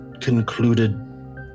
concluded